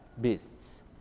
beasts